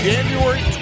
January